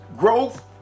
Growth